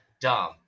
dumb